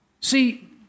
See